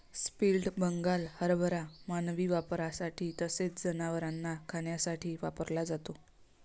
split Bengal हरभरा मानवी वापरासाठी तसेच जनावरांना खाण्यासाठी वापरला जातो